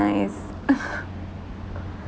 nice